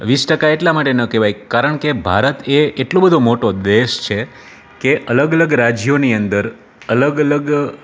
વીસ ટકા એટલા માટે ન કહેવાય કારણ કે ભારત એ એટલો બધો મોટો દેશ છે કે અલગ અલગ રાજ્યોની અંદર અલગ અલગ